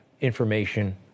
information